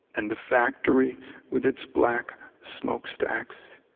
and the factory with its black smokestacks